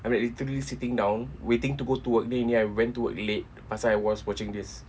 I'm like literally sitting down waiting to go to work then in the end I went to work late plus I was watching this